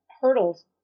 hurdles